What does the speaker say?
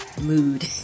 Mood